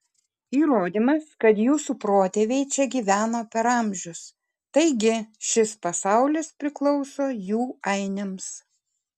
įrodymas kad jūsų protėviai čia gyveno per amžius taigi šis pasaulis priklauso jų ainiams